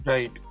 Right